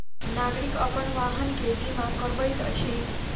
नागरिक अपन वाहन के बीमा करबैत अछि